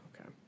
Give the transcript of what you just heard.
Okay